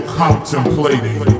contemplating